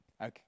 Okay